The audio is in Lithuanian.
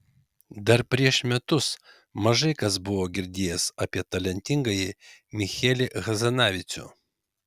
dar prieš metus mažai kas buvo girdėjęs apie talentingąjį michelį hazanavicių